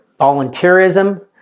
volunteerism